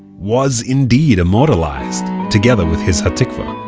was indeed immortalized together with his ha'tikvah.